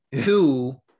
Two